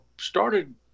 started